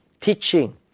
teaching